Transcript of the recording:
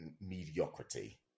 mediocrity